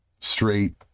straight